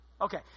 okay